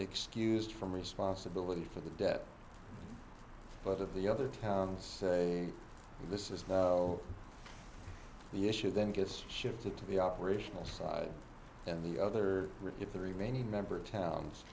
excused from responsibility for the death but of the other towns this is the issue then gets shifted to the operational side and the other if the remaining member towns